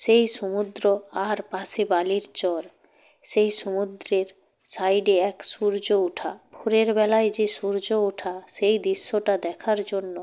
সেই সমুদ্র আর পাশে বালির চর সেই সমুদ্রের সাইডে এক সূর্য উঠা ভোরেরবেলায় যে সূর্য ওঠা সেই দৃশ্যটা দেখার জন্য